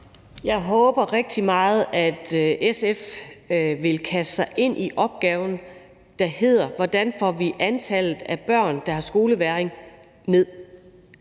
Jeg håber rigtig meget, at SF vil kaste sig ind i opgaven, der handler om, hvordan vi får antallet af børn, der har skolevægring, ned.